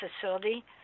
facility